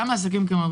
גם העסקים הקטנים,